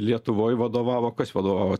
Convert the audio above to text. lietuvoj vadovavo kas vadovavo